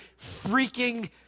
freaking